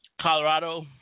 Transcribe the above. Colorado